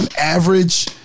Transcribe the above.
average